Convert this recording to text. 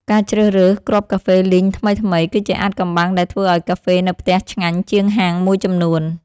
ការជ្រើសរើសគ្រាប់កាហ្វេលីងថ្មីៗ គឺជាអាថ៌កំបាំងដែលធ្វើឱ្យកាហ្វេនៅផ្ទះឆ្ងាញ់ជាងហាងមួយចំនួន។